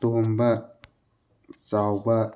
ꯇꯣꯝꯕ ꯆꯥꯎꯕ